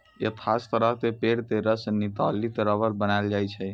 एक खास तरह के पेड़ के रस निकालिकॅ रबर बनैलो जाय छै